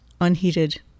unheated